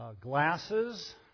glasses